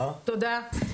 תודה.